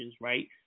right